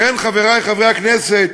לכן, חברי חברי הכנסת,